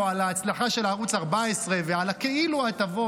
על ההצלחה של ערוץ 14 ועל הכאילו-הטבות,